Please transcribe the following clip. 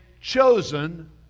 chosen